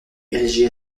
érigé